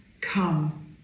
Come